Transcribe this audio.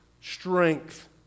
strength